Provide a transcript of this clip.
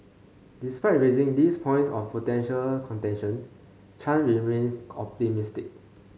despite raising these points of potential contention Chan remains optimistic